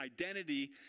identity